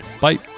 Bye